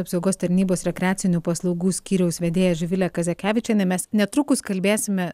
apsaugos tarnybos rekreacinių paslaugų skyriaus vedėja živilė kazakevičienė mes netrukus kalbėsime